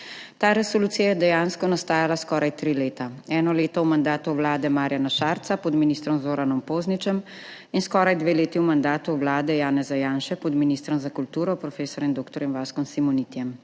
Ta resolucija je dejansko nastajala skoraj tri leta, eno leto v mandatu vlade Marjana Šarca pod ministrom Zoranom Pozničem in skoraj dve leti v mandatu vlade Janeza Janše pod ministrom za kulturo prof. dr. Vaskom Simonitijem.